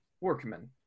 workmen